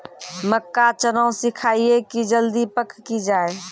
मक्का चना सिखाइए कि जल्दी पक की जय?